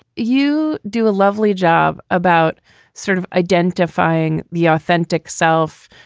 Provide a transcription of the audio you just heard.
you do a lovely job about sort of identifying the authentic self,